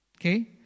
Okay